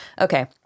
Okay